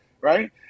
right